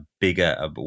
bigger